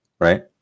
Right